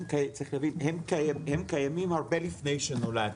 צריך להבין, הם קיימים הרבה לפני שנולדנו.